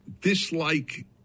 dislike